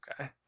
Okay